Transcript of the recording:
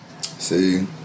See